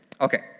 Okay